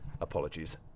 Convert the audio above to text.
apologies